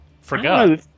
forgot